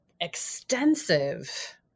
extensive